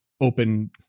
open